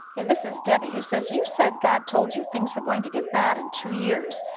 and this is debbie, who says, you said god told you things were going to get bad in two years.